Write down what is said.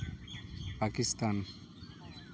Pakistan